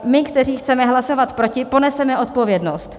My, kteří chceme hlasovat proti, poneseme odpovědnost.